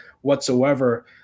whatsoever